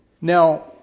Now